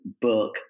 book